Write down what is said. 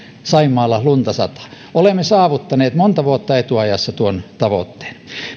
saimaalla lunta sataa olemme saavuttaneet monta vuotta etuajassa tuon tavoitteen